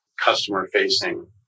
Customer-facing